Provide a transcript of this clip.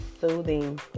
soothing